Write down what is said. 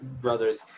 Brothers